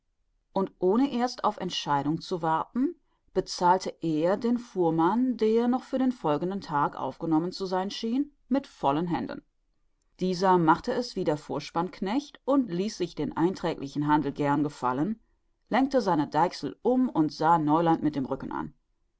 und ohne erst auf entscheidung zu warten bezahlte er den fuhrmann der noch für den folgenden tag aufgenommen zu sein schien mit vollen händen dieser machte es wie der vorspannknecht ließ sich den einträglichen handel gern gefallen lenkte seine deichsel um und sah neuland mit dem rücken an